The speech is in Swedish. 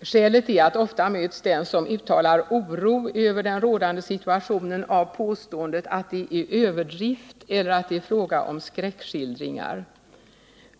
Skälet är att den som uttalar oro över den rådande situationen ofta möts av påståendet att det är överdrift eller att det är fråga om skräckskildringar.